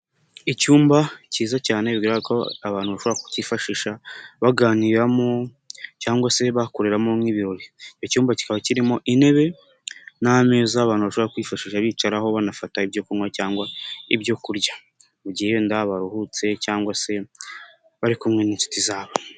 Icyumba cyiza cyane bibwira ko abantu bashobora kukifashisha baganiramo cyangwa se bakoreramo nk'ibirori, icyumba kikaba kirimo intebe n'ame abantu bashobora kwifashisha bicaraho banafata ibyo kunywa cyangwa ibyo kurya mu gihe baruhutse cyangwa se bari kumwe n'inshuti zabo.